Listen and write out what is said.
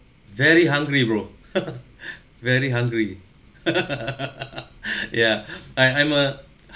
very hungry bro very hungry yeah I I'm a